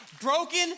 broken